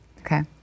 Okay